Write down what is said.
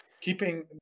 keeping